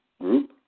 group